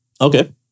Okay